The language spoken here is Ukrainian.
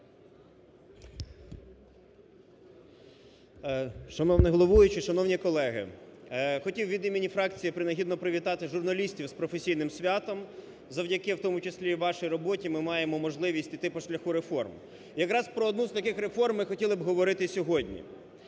Шановний головуючий! Шановні колеги! хотів від імені фракції принагідно привітати журналістів з професійним святом. Завдяки у тому числі і вашій роботі ми маємо можливість іти по шляху реформ. Якраз про одну з таких реформ ми хотіли б говорити сьогодні.